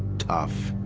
tough,